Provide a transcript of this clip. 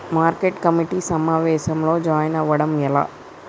Market committee సమావేశంలో join అవ్వడం ఎలా?